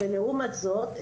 לעומת זאת,